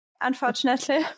unfortunately